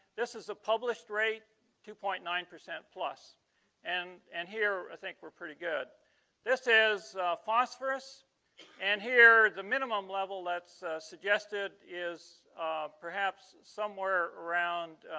this is a published rate two point nine. percent plus and and here i think we're pretty good this is phosphorus and here the minimum level, that's suggested is perhaps somewhere around